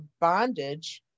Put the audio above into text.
bondage